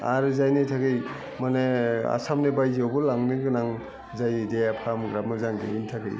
आरो जायनि थाखाय माने आसामनि बायजोआवबो लांनो गोनां जायो देहा फाहामग्रा मोजां गोयैनि थाखै